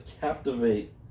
captivate